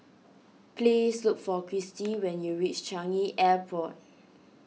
please look for Kirstie when you reach Changi Airport